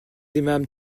aimâmes